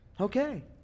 Okay